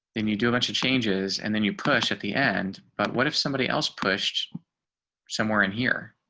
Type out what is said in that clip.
and you do a bunch of changes and then you push at the end. but what if somebody else pushed somewhere in here.